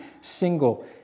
single